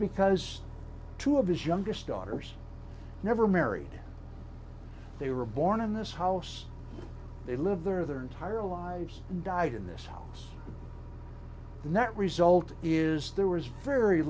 because two of his youngest daughters never married they were born in this house they live there their entire lives and died in this house the net result is there was very